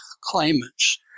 claimants